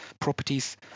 properties